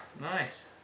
Nice